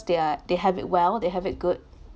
they are they have it well they have it good